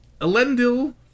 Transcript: Elendil